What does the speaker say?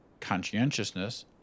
conscientiousness